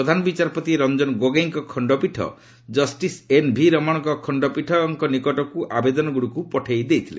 ପ୍ରଧାନବିଚାରପତି ରଞ୍ଜନ ଗୋଗେଇଙ୍କ ଖଣ୍ଡପୀଠ କଷ୍ଟିସ ଏନଭି ରମଣଙ୍କ ଖଣ୍ଡପୀଠ ନିକଟକୁ ଆବେଦନଗୁଡିକୁ ପଠାଇ ଦେଇଥିଲେ